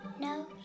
No